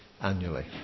Annually